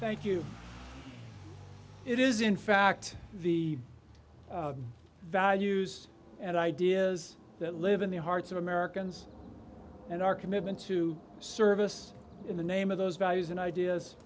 thank you it is in fact the values and ideas that live in the hearts of americans and our commitment to service in the name of those values and ideas